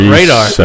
Radar